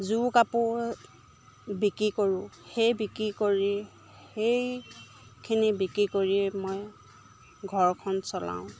যোৰ কাপোৰ বিক্ৰী কৰোঁ সেই বিক্ৰী কৰি সেইখিনি বিক্ৰী কৰিয়ে মই ঘৰখন চলাওঁ